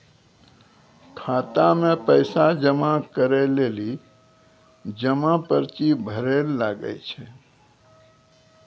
खाता मे पैसा जमा करै लेली जमा पर्ची भरैल लागै छै